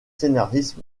scénaristes